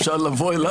אפשר לבוא אליו.